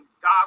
God